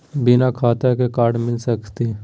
बिना खाता के कार्ड मिलता सकी?